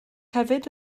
hefyd